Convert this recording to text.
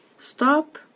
Stop